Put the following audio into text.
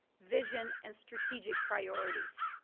vision and strategic priorities.